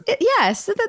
Yes